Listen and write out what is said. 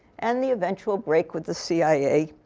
and the eventual break with the cia.